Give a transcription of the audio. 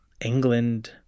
England